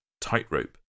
tightrope